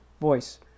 Voice